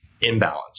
imbalance